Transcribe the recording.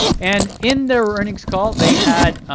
and in their earnings call, they had